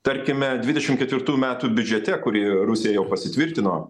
tarkime dvidešimt ketvirtų metų biudžete kurį rusija jau pasitvirtino